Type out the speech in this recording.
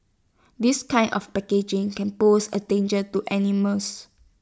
this kind of packaging can pose A danger to animals